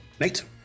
Nate